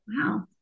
Wow